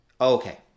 Okay